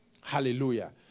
Hallelujah